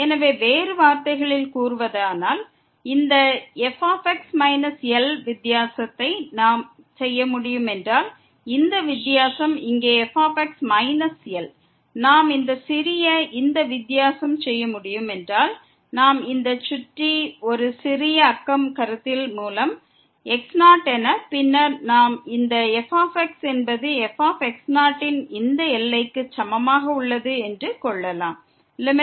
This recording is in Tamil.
எனவே வேறு வார்த்தைகளில் கூறுவதானால் இந்த fx L என்று நாம் எழுத முடியும் இந்த x0 ஐச் சுற்றியுள்ள ஒரு சிறிய சுற்றுப்புறத்தை கருத்தில் கொண்டு இந்த வித்தியாசத்தை சிறியதாக மாற்றலாம் பின்னர் நாம் இந்த f என்பது f ன் இந்த எல்லைக்கு சமமாக உள்ளது என்று கொள்ளலாம் x→x0fxL